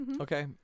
Okay